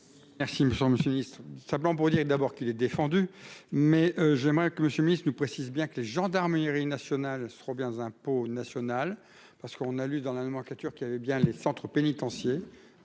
Merci Monsieur Monsieur Nice, simplement pour dire d'abord qu'il est défendu mais j'aimerais que Monsieur Miss nous précise bien que les gendarmerie nationale Robert bien impôt national parce qu'on a lu dans la nomenclature qui avait bien les centres pénitenciers